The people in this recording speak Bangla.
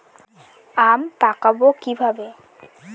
আম পাকাবো কিভাবে?